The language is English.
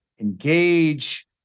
engage